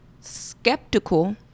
skeptical